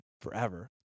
forever